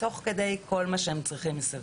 תוך כדי מענה לכל מה שהם צריכים מסביב.